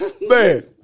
Man